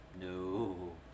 no